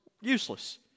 useless